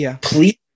please